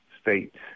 states